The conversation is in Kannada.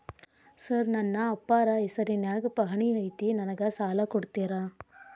ಸರ್ ನನ್ನ ಅಪ್ಪಾರ ಹೆಸರಿನ್ಯಾಗ್ ಪಹಣಿ ಐತಿ ನನಗ ಸಾಲ ಕೊಡ್ತೇರಾ?